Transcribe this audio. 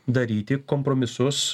daryti kompromisus